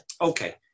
Okay